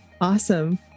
awesome